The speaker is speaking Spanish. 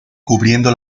cubriendo